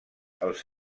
els